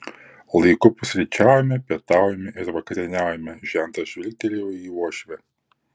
laiku pusryčiaujame pietaujame ir vakarieniaujame žentas žvilgtelėjo į uošvę